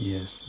Yes